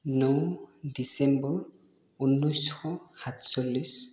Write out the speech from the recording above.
ন December উনৈছ শ সাতচল্লিছ